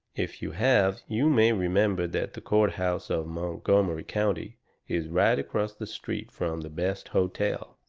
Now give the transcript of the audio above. if you have you may remember that the courthouse of montgomery county is right across the street from the best hotel.